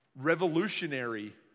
revolutionary